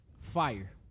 fire